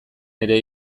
ere